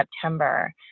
September